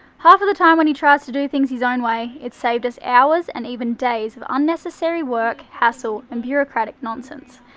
half of the time when he tries to do things his own way it saved us hours and even days of unnecessary work, hassle and bureaucratic nonsense,